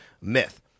myth